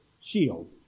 shield